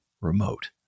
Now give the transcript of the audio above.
remote